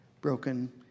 broken